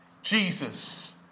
Jesus